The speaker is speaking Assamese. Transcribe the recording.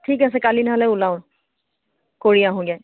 ঠিক আছে কালি নহ'লে ওলাওঁ কৰি আহোঁগৈ